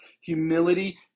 humility